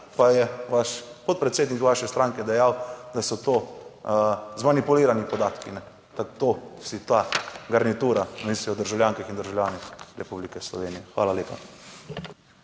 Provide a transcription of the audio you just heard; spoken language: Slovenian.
pa je vaš podpredsednik vaše stranke dejal, da so to zmanipuliranimi podatki. To si ta garnitura misli o državljankah in državljanih Republike Slovenije. Hvala lepa.